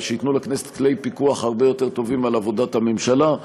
שייתנו לכנסת כלי פיקוח הרבה יותר טובים על עבודת הממשלה.